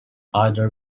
either